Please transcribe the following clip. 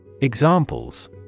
Examples